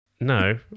No